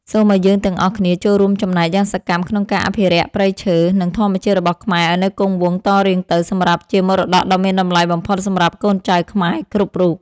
សូមឱ្យយើងទាំងអស់គ្នាចូលរួមចំណែកយ៉ាងសកម្មក្នុងការអភិរក្សព្រៃឈើ និង ធម្មជាតិរបស់ខ្មែរឱ្យនៅគង់វង្សតរៀងទៅសម្រាប់ជាមរតកដ៏មានតម្លៃបំផុតសម្រាប់កូនចៅខ្មែរគ្រប់រូប។